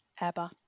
Abba